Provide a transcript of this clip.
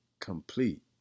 complete